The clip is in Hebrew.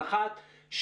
האחת,